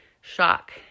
shock